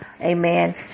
amen